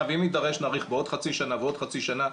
ואם נידרש נאריך בעוד חצי שנה ועוד חצי שנה.